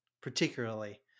particularly